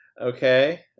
Okay